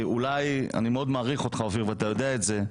אני מאוד מעריך אותך, אופיר, ואתה יודע את זה.